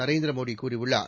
நரேந்திர மோடி கூறியுள்ளார்